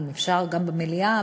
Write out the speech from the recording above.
אם אפשר גם במליאה,